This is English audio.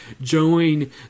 join